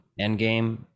Endgame